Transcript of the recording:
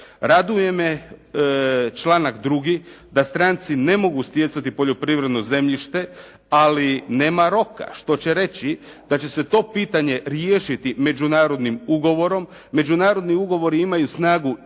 Raduje me članak 2. da stranci ne mogu stjecati poljoprivredno zemljište ali nema roka što će reći da će se to pitanje riješiti međunarodnim ugovorom. Međunarodni ugovori imaju snagu iznad